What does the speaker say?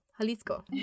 Jalisco